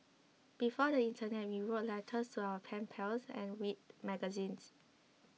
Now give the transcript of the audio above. before the Internet we wrote letters to our pen pals and read magazines